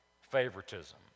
favoritism